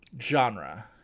Genre